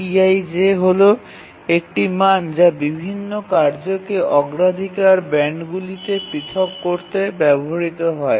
BaseTi j হল একটি মান যা বিভিন্ন কার্যকে অগ্রাধিকার ব্যান্ডগুলিতে পৃথক করতে ব্যবহৃত হয়